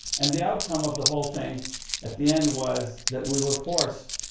and the outcome of the whole thing at the end was that we were forced,